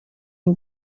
این